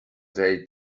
they